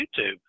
YouTube